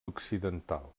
occidental